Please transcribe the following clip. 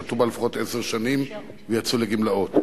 שירתו בה לפחות עשר שנים ויצאו לגמלאות.